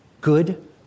Good